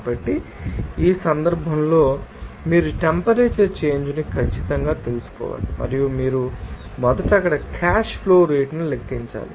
కాబట్టి ఈ సందర్భంలో మీరు టెంపరేచర్ చేంజ్ ను ఖచ్చితంగా తెలుసుకోవాలి మరియు మీరు మొదట అక్కడ క్యాష్ ఫ్లో రేటును లెక్కించాలి